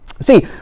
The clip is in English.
See